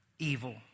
evil